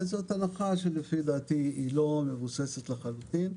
זאת הנחה שלפי דעתי היא לא מבוססת לחלוטין.